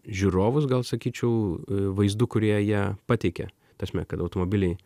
žiūrovus gal sakyčiau vaizdų kurie jie pateikia ta prasme kad automobiliai